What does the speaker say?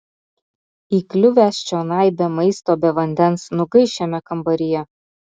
įkliuvęs čionai be maisto be vandens nugaiš šiame kambaryje